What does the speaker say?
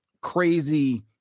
crazy